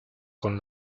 con